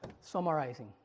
summarizing